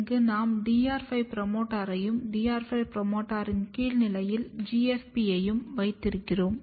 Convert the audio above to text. இங்கே நாம் DR 5 புரோமோட்டாரையும் DR 5 புரோமோட்டாரின் கீழ்நிலையில் GFP யையும் வைத்திருக்கிறோம்